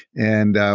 and